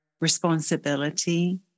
responsibility